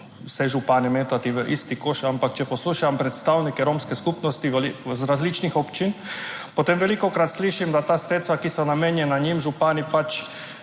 vse župane metati v isti koš, ampak če poslušam predstavnike romske skupnosti iz različnih občin, potem velikokrat slišim, da ta sredstva, ki so namenjena njim, župani pač